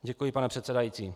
Děkuji, pane předsedající.